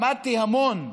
למדתי המון,